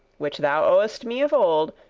which thou owest me of old,